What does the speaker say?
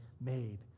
made